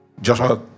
Joshua